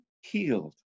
healed